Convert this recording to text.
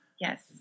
Yes